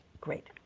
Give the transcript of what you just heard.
great